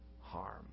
harm